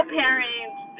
parents